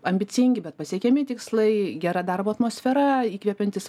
ambicingi bet pasiekiami tikslai gera darbo atmosfera įkvepiantys